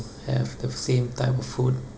have the same type of food